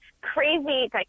crazy